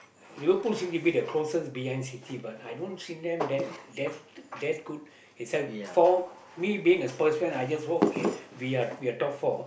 Liverpool seems a bit closer to B M City but I don't see them that that that good besides for me being a best friend I just hope we are we are top four